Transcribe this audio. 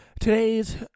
Today's